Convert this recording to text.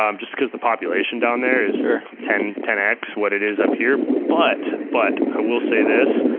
um just because the population down there is ten ten x what it is up here, but but i will say this,